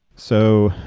so,